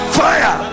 fire